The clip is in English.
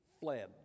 fled